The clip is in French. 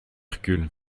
hercule